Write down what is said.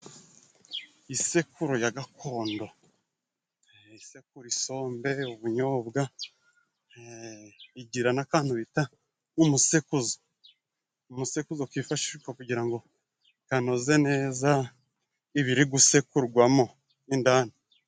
Isekuru ya gakondo. Isekura isombe, ubunyobwa. Igira n'akantu bita umusekuzo. Umusekuzo kifashishwa kugira ngo kanoze neza ibiri gusekurwamo mo ndani.